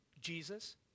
Jesus